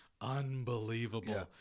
Unbelievable